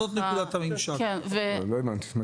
לא הבנתי.